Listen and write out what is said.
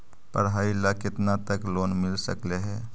पढाई ल केतना तक लोन मिल सकले हे?